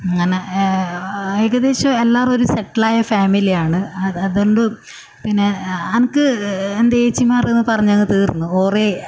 അങ്ങനെ ആ ഏകദേശം എല്ലാവരും ഒരു സെറ്റിൽ ആയ ഫാമിലി ആണ് അത് അതുകൊണ്ട് പിന്നെ അനക്ക് എൻ്റെ ഏച്ചിമാരെന്ന് പറഞ്ഞെങ്കിൽ തീർന്നു ഓറെ